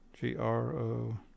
G-R-O